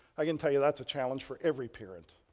i can tell you that's a challenge for every parent.